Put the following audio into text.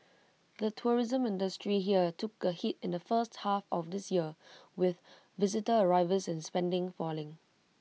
the tourism industry here took A hit in the first half of this year with visitor arrivals and spending falling